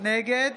נגד